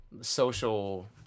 social